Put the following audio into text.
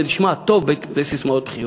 זה נשמע טוב בססמאות בחירות.